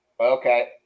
Okay